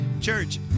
Church